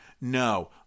No